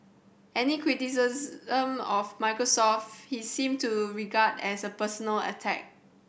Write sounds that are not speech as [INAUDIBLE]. any criticism [UNINTELLIGIBLE] of Microsoft he seemed to regard as a personal attack